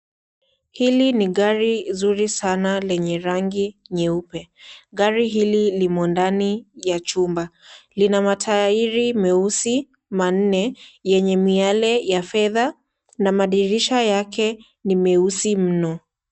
Hili ni gari zuri sana lenye rangi yeupe, gari hili limo ndani ya chumba. Lina matairi meusi manne yenye miale ya fedha na madirisha yake ni meusi mno.